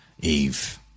Eve